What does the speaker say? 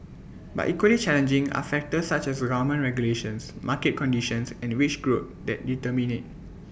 but equally challenging are factors such as government regulations market conditions and wage growth that determine IT